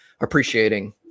appreciating